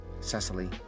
Cecily